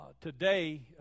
today